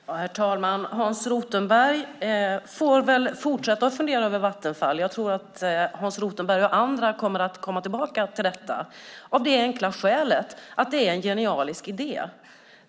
Herr talman! Hans Rothenberg får väl fortsätta fundera över Vattenfall. Jag tror att han och andra kommer tillbaka till detta av det enkla skälet att det är en genialisk idé.